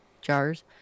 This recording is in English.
jars